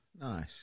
Nice